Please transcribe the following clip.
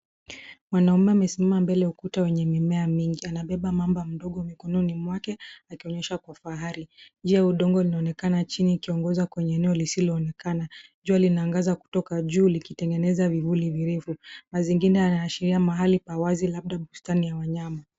Mwanaume amesimama mbele ya ukuta wenye mimea mingi anabeba mamba mdogo mikononi mwake akionyesha kwa fahari. Njia ya udongo unaonekana chini ikiongoza kwenye eneo lisilo onekana. Jua linangaza kutoka juu likitengeneza vivuli virefu. Mazingira yanaashiria mahali pa wazi labda bustani ya wanyama.